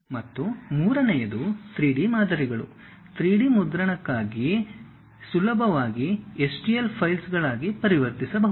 ಮತ್ತು ಮೂರನೆಯದು 3D ಮಾದರಿಗಳು 3D ಮುದ್ರಣಕ್ಕಾಗಿ ಸುಲಭವಾಗಿ STL ಫೈಲ್ ಗಳಾಗಿ ಪರಿವರ್ತಿಸಬಹುದು